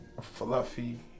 fluffy